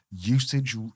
usage